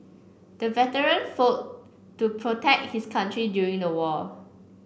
the veteran fought to protect his country during the war